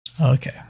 Okay